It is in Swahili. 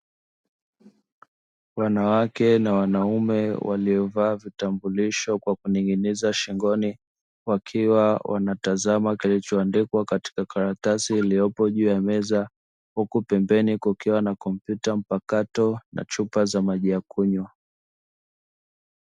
Wanawake na wanaume waliovaa vitambulisho kwa kuning'iniza shingoni, wakiwa wanatazama kilichoandikwa katika karatasi iliyopo juu ya meza, huku pembeni kukiwa na kompyuta mpakato na chupa za maji ya kunywa.